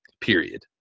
Period